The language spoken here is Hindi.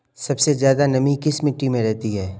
सबसे ज्यादा नमी किस मिट्टी में रहती है?